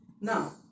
Now